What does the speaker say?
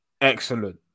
excellent